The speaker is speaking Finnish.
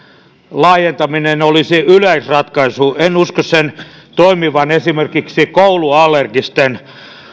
laajentaminen olisi yleisratkaisu en usko sen toimivan esimerkiksi kouluallergisten